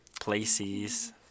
places